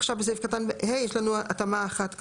עכשיו בסעיף קטן (ה) יש לנו התאמה אחת כזאת.